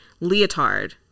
leotard